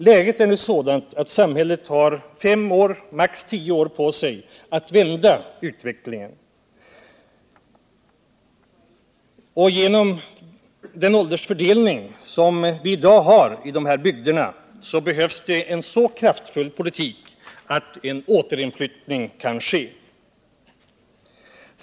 Läget är nu sådant att samhället har fem år, maximalt tio år, på sig att vända utvecklingen. Genom den åldersfördelning som vi i dag har i dessa bygder behövs det en så kraftfull politik att en återflyttning kan ske.